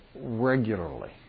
regularly